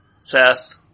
Seth